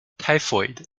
typhoid